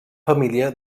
família